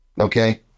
okay